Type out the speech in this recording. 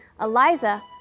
Eliza